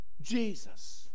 Jesus